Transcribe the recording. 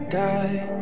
die